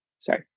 sorry